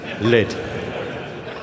Lid